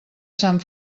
sant